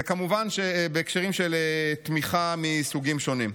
וכמובן שבהקשרים של תמיכה מסוגים שונים.